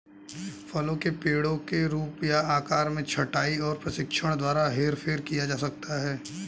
फलों के पेड़ों के रूप या आकार में छंटाई और प्रशिक्षण द्वारा हेरफेर किया जा सकता है